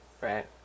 right